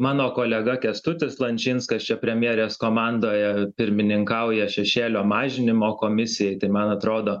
mano kolega kęstutis lančinskas čia premjerės komandoje pirmininkauja šešėlio mažinimo komisijai tai man atrodo